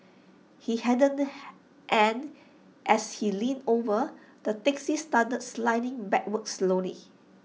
he hadn't and as he leaned over the taxi started sliding backwards slowly